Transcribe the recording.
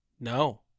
No